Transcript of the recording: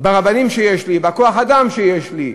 עם הרבנים שיש לי, בכוח-האדם שיש לי,